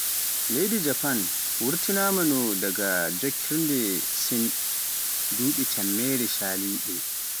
Leydi Japan wurtina ma daga Jokkirde Sin duɓi temmere shaliɗi